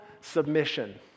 submission